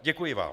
Děkuji vám.